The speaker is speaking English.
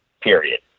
period